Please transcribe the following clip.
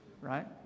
Right